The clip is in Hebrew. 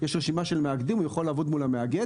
יש רשימה של מאגדים, הוא יכול לעבוד מול המאגד.